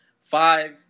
Five